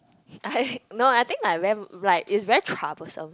I no I think like very right it's very troublesome